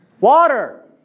Water